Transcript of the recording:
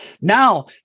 Now